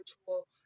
virtual